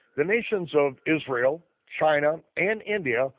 the nations of israel, china, and india,